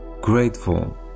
grateful